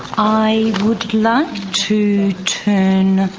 i would like to turn